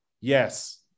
Yes